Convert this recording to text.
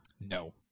No